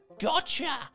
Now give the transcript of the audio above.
Gotcha